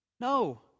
No